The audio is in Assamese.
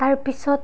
তাৰ পিছত